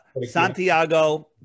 Santiago